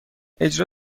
اجرا